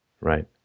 right